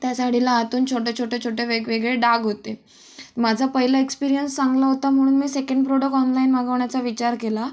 त्या साडीला आतून छोटे छोटे छोटे वेगवेगळे डाग होते माझा पहिला एक्स्पिरीयन्स चांगला होता म्हणून मी सेकंड प्रोडक्ट ऑनलाईन मागवण्याचा विचार केला